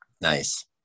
Nice